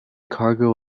cargo